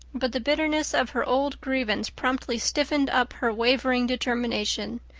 but the bitterness of her old grievance promptly stiffened up her wavering determination.